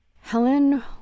Helen